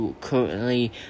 currently